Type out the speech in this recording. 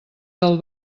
del